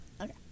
Okay